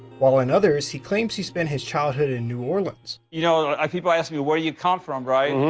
while in others he claims he spent his childhood in new orleans. you know people ask me where you come from right.